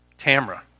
Tamra